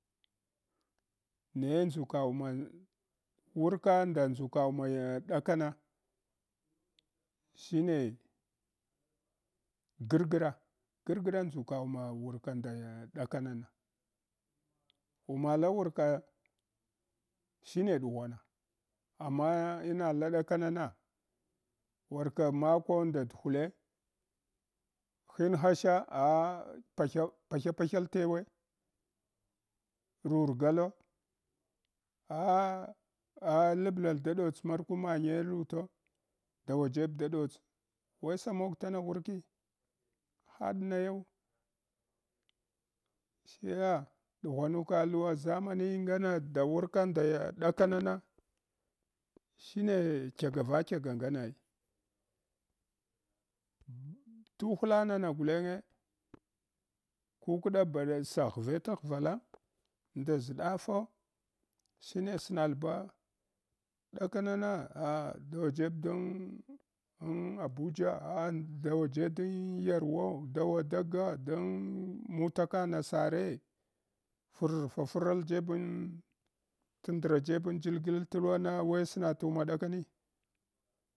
Naye ndʒuka wuma wurka nda nʒuka wumaya ɗakana shne gargra gargra ndʒuka uma warka nda ɗakanana, umala wurka shine ɗughwana amma inala ɗakanana warla mako nda dhule hin hasha ah palya pahyapahyal tewe rurgala ah ah labal da ɗots markum manye luto dawa jeb da ɗots weh samog tana wurki? Haɗ nayau seya ɗughwaruka lura ʒamani ngane da wurka nda ɗaka nana shine kyagavakyaga ngane ai. kuhla nana gulenga kukda basa ghve taghvala, nda ʒɗafu shine snal bah ɗakamana ah dawa jeb don en abuja ah dawajeɗ den yawo dawa daga den mutaka nasare far-ʒasral jeben tandra jeben jilgil tdwana weh sra tuma ɗakani.